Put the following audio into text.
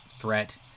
threat